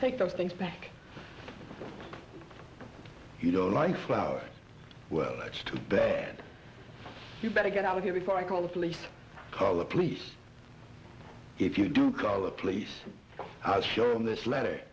take those things back you don't like flowers well that's too bad you better get out of here before i call the police call the police if you do call the police i was sure in this letter